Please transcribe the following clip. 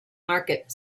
market